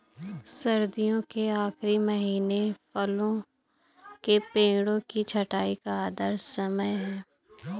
सर्दियों के आखिरी महीने फलों के पेड़ों की छंटाई का आदर्श समय है